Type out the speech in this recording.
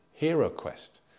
HeroQuest